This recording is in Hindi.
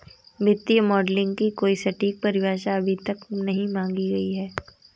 वित्तीय मॉडलिंग की कोई सटीक परिभाषा अभी तक नहीं मानी गयी है